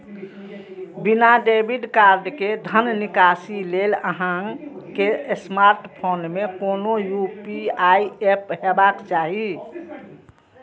बिना debit card के धन निकासी लेल अहां के स्मार्टफोन मे कोनो यू.पी.आई एप हेबाक चाही